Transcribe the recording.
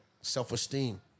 Self-esteem